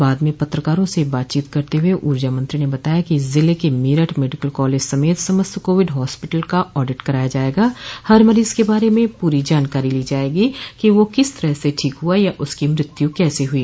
बाद में पत्रकारों से बात करते हुए ऊर्जा मंत्री ने बताया कि जिले के मेरठ मेडिकल कॉलेज समेत समस्त कोविड हॉस्पिटल का ऑडिट कराया जाएगा हर मरीज के बारे में पूरी जानकारी ली जाएगी कि वह किस तरीके से ठीक हुआ या उसकी मृत्यु कैसे हुई